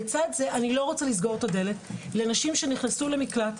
לצד זה אני לא רוצה לסגור את הדלת לנשים שנכנסו למקלט,